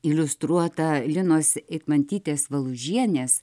iliustruotą linos eitmantytės valužienės